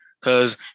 Cause